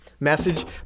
Message